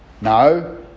No